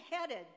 headed